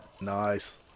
nice